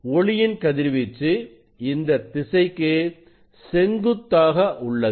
ஒளியின் கதிர்வீச்சு இந்த திசைக்கு செங்குத்தாக உள்ளது